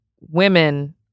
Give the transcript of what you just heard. women